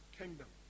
kingdom